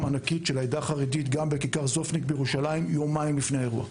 ענקית של העדה החרדית גם בכיכר זופניק בירושלים יומיים לפני האירוע.